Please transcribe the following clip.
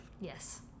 yes